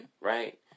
right